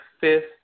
fifth